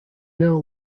now